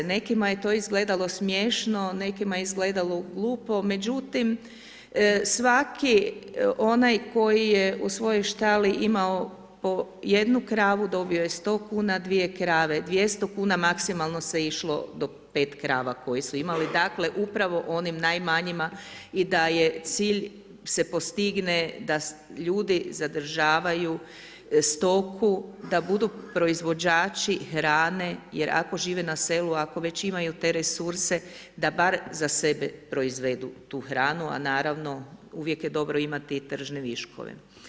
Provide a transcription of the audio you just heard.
Nekima je to izgledalo smiješno, nekima je izgledalo glupo, međutim svaki onaj koji je u svojoj štali imao po jednu kravu dobio je 100 kuna, dvije krave 200 kuna, maksimalno se išlo do 5 krava koji su imali, dakle upravo onim najmanjima i da je cilj se postigne da ljudi zadržavaju stoku da budu proizvođači hrane jer ako žive na selu, ako već imaju te resurse da bar za sebe proizvedu tu hranu a naravno uvijek je dobro imati i tržne viškove.